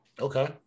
Okay